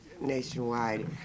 nationwide